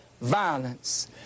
violence